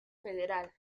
federal